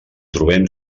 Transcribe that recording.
trobem